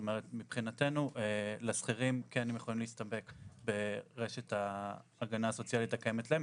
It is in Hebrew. מבחינתנו השכירים כן יכולים להסתפק ברשת ההגנה הסוציאלית הקיימת להם,